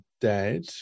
dad